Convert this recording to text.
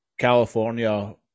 california